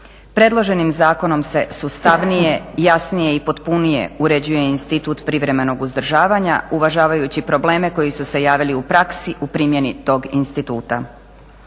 Predloženim zakonom se sustavnije, jasnije i potpunije uređuje institut privremenog uzdržavanja uvažavajući probleme koji su se javili u praksi u primjeni tog instituta.